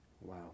Wow